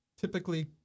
typically